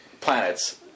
planets